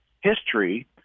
history